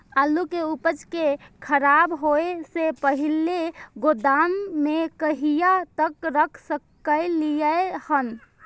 आलु के उपज के खराब होय से पहिले गोदाम में कहिया तक रख सकलिये हन?